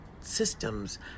systems